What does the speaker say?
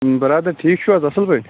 بَرادر ٹھیٖک چھُو حظ اَصٕل پٲٹھۍ